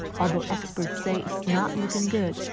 although experts say it's not looking good.